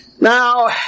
Now